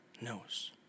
knows